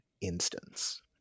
instance